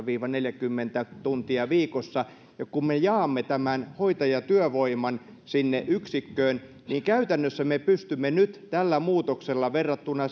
viiva neljäkymmentä tuntia viikossa kun me jaamme tämän hoitajatyövoiman sinne yksikköön niin käytännössä me pystymme nyt tällä muutoksella verrattuna